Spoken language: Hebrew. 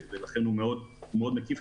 ולכן הוא מאוד מקיף.